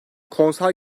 konser